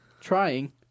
Trying